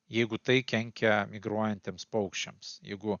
jeigu tai kenkia migruojantiems paukščiams jeigu